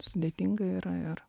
sudėtinga yra ir